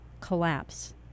collapse